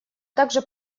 также